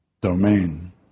domain